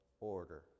order